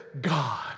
God